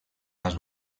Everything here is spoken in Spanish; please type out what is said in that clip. las